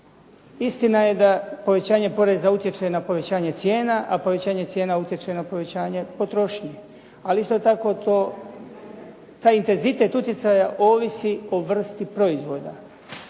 Istina je da povećanje poreza utječe na povećanje cijena, a povećanje cijena utječe na povećanje potrošnje. Ali isto tako taj intenzitet utjecaja ovisi o vrsti proizvoda.